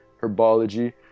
herbology